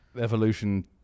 evolution